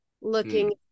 looking